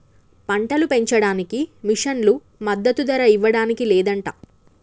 పంటలు పెంచడానికి మిషన్లు మద్దదు ధర ఇవ్వడానికి లేదంట